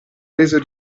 reso